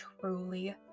truly